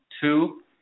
two